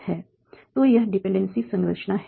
तो यह मेरी डिपेंडेंसी संरचना है